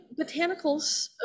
botanicals